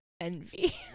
envy